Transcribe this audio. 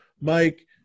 Mike